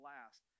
Last